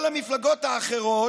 כל המפלגות האחרות,